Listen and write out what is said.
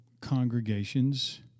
congregations